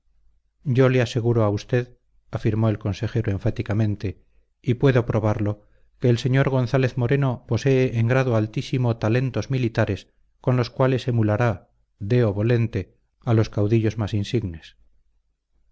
yo le aseguro a usted afirmó el consejero enfáticamente y puedo probarlo que el sr gonzález moreno posee en grado altísimo talentos militares con los cuales emulará deo volente a los caudillos más insignes